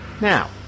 Now